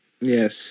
Yes